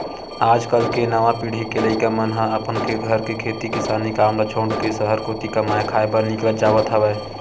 आज कल के नवा पीढ़ी के लइका मन ह अपन घर के खेती किसानी काम ल छोड़ के सहर कोती कमाए खाए बर निकल जावत हवय